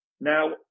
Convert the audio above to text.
Now